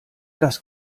das